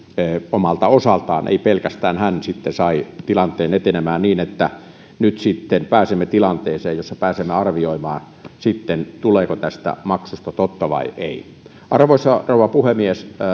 omalta osaltaan ei pelkästään hän sai tilanteen etenemään niin että nyt sitten pääsemme tilanteeseen jossa pääsemme arvioimaan tuleeko tästä maksusta totta vai ei arvoisa rouva puhemies